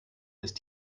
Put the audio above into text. ist